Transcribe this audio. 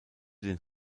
den